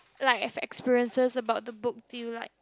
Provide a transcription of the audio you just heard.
like have experiences about the book do you like